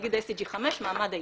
נגיד SDG5, מעמד האישה,